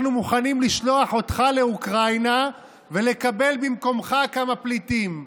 אנחנו מוכנים לשלוח אותך לאוקראינה ולקבל במקומך כמה פליטים,